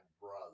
brother